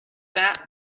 that